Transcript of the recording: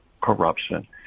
corruption